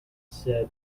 said